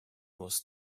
was